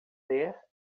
ler